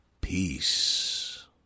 peace